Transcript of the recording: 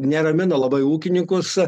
neramino labai ūkininkus